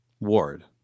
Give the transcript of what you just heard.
Ward